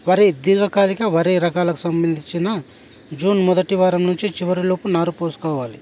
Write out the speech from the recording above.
వరి దీర్ఘకాలిక వరి రకాలకు సంబంధించిన జూన్ మొదటి వారం నుంచి చివరిలోపు నారు పోసుకోవాలి